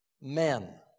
men